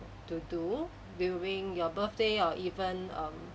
to do during your birthday or even um